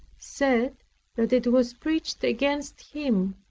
said that it was preached against him,